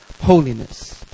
holiness